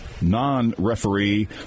non-referee